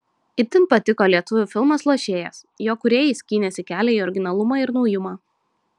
itin patiko lietuvių filmas lošėjas jo kūrėjai skynėsi kelią į originalumą ir naujumą